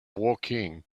woking